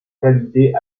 qualité